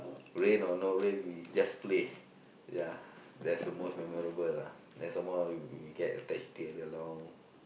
rain or not rain we just play ya that's the most memorable lah then some more we get attached together along